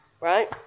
Right